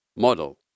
model